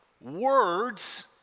words